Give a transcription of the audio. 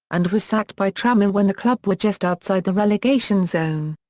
and was sacked by tranmere when the club were just outside the relegation zone.